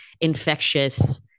infectious